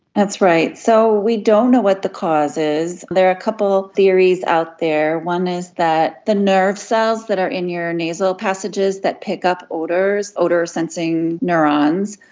that's right. so we don't know what the cause is. there are a couple of theories out there, one is that the nerve cells that are in your nasal passages that pick up odours, odour sensing neurons,